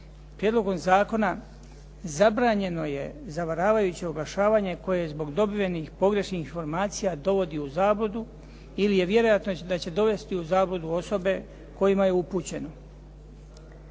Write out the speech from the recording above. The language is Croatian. prijedlogom zakona zabranjeno je zavaravajući oglašavanje koje je zbog dobivenih pogrešnih informacija dovodi u zabludu ili je vjerojatno da će dovesti u zabludu osobe kojima je upućeno.